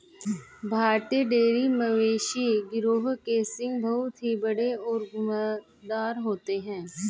भारतीय डेयरी मवेशी गिरोह के सींग बहुत ही बड़े और घुमावदार होते हैं